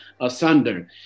asunder